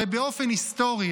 הרי באופן היסטורי,